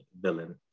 villain